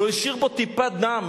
לא השאיר בו טיפת דם.